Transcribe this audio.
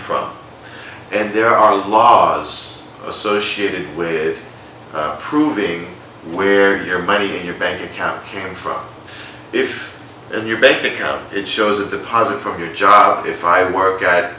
from and there are laws associated with it proving where your money in your bank account came from if your bank account it shows a deposit from your job if i work